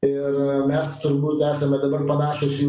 ir mes turbūt esame dabar panašūs į